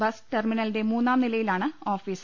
bus ടെർമിനലിന്റെ മൂന്നാം നിലയിലാണ് ഓഫീസ്